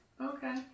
Okay